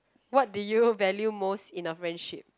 what do you value most in a friendship